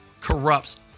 corrupts